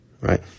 right